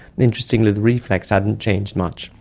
interestingly the reflex hadn't changed much.